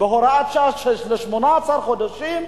בהוראת שעה של 18 חודשים.